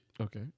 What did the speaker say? Okay